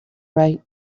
right